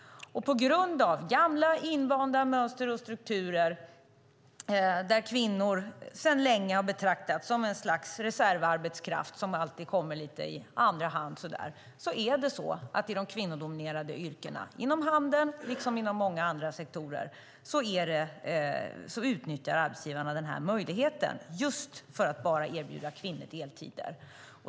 På grund av gamla invanda mönster och strukturer - kvinnor betraktas sedan länge som ett slags reservarbetskraft som alltid kommer lite i andra hand - är det så att arbetsgivarna för de kvinnodominerade yrkena, inom handeln liksom inom många andra sektorer, utnyttjar den möjligheten för att bara erbjuda kvinnor deltider.